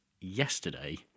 yesterday